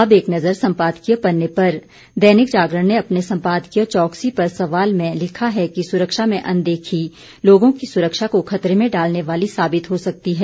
अब एक नज़र सम्पादकीय पन्ने पर दैनिक जागरण ने अपने सम्पादकीय चौकसी पर सवाल में लिखा है कि सुरक्षा में अनदेखी लोगों की सुरक्षा को खतरे में डालने वाली साबित हो सकती है